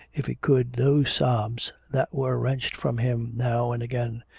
if he could, those sobs that were wrenched from him now and again.